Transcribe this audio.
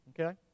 Okay